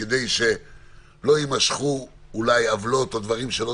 כדי שלא יימשכו עוולות או דברים שלא